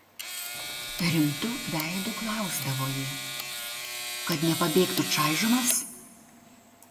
rimtu veidu klausdavo ji kad nepabėgtų čaižomas